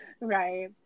Right